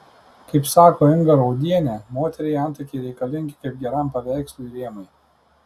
kaip sako inga raudienė moteriai antakiai reikalingi kaip geram paveikslui rėmai